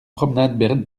promenade